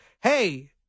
hey